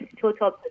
total